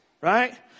right